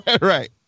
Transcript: right